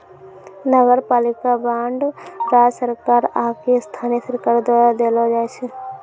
नगरपालिका बांड राज्य सरकार आकि स्थानीय सरकारो द्वारा देलो जाय छै